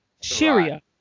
Sharia